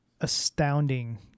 astounding